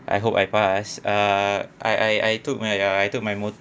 I hope I pass err I I I took my ya I took my